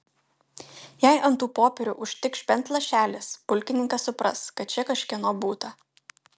jei ant tų popierių užtikš bent lašelis pulkininkas supras kad čia kažkieno būta